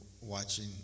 watching